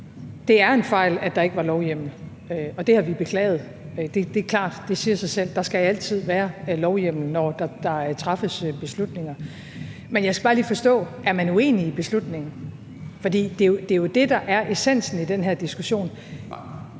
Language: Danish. Det er en fejl, at der ikke var lovhjemmel, og det har vi beklaget. Det er klart – det siger sig selv – at der altid skal være lovhjemmel, når der træffes beslutninger. Men jeg skal bare lige forstå det: Er man uenig i beslutningen? For det er jo det, der er essensen i den her diskussion